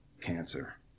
Cancer